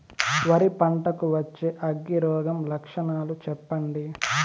వరి పంట కు వచ్చే అగ్గి రోగం లక్షణాలు చెప్పండి?